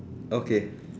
okay